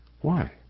Why